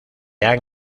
han